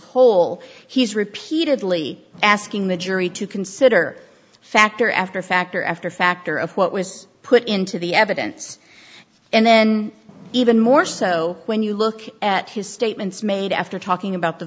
whole he's repeatedly asking the jury to consider factor after factor after factor of what was put into the evidence and then even more so when you look at his statements made after talking about the